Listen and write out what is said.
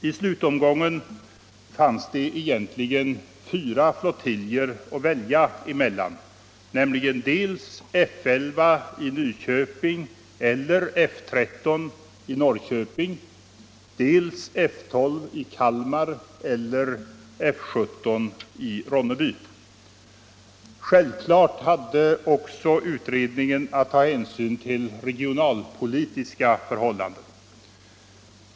I slutomgången fanns det egentligen fyra flottiljer att välja emellan, nämligen dels F 11 i Nyköping eller F 13 i Norrköping, dels F 12 i Kalmar eller F 17 i Ronneby. Självfallet hade utredningen också att ta hänsyn till regionalpolitiska förhållanden.